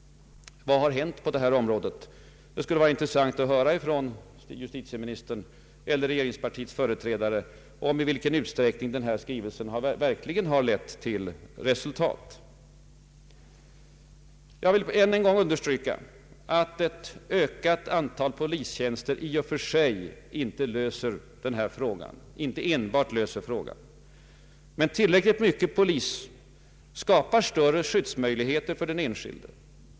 Vad har hänt på detta område? Det skulle vara intressant att höra från justitieministern eller regeringspartiets företrädare i vilken utsträckning denna skrivelse verkligen har lett till resultat. Jag vill ännu en gång understryka att enbart ett ökat antal polistjänster inte löser denna fråga. Men tillräckligt mycket polis skapar tillräckliga skyddsmöjligheter för den enskilde.